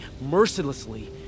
mercilessly